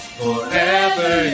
forever